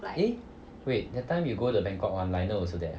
eh wait that time you go the bangkok [one] lionel also there